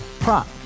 Prop